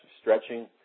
stretching